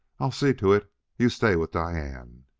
i'll see to it you stay with diane.